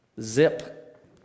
Zip